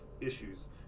issues